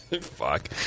Fuck